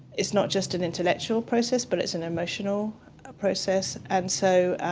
it's not just an intellectual process, but it's an emotional ah process, and so,